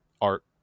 art